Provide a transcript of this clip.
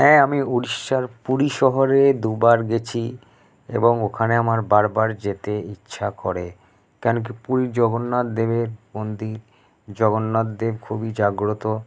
হ্যাঁ আমি উড়িষ্যার পুরী শহরে দুবার গেছি এবং ওখানে আমার বারবার যেতে ইচ্ছা করে কেন কী পুরীর জগন্নাথ দেবের মন্দির জগন্নাথ দেব খুবই জাগ্রত